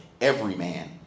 everyman